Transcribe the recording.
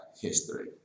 history